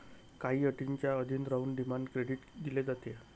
काही अटींच्या अधीन राहून डिमांड क्रेडिट दिले जाते